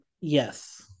Yes